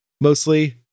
mostly